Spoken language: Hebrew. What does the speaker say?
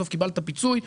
בסוף קיבלת פיצוי,